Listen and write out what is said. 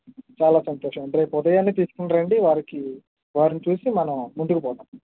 చాలా సంతోషం అండి రేపు ఉదయాన్నే తీసుకుని రండి వారికి వారిని చూసి మనం ముందుకు పోదాం